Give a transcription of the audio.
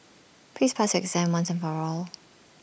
please pass your exam once and for all